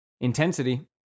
Intensity